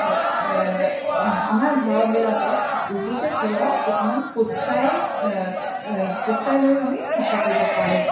আমাৰ ঘৰবিলাকত উজুতে পোৱা কিছুমান ফুটচাই ফুটচাই লৈও আমি চফা কৰিব পাৰোঁ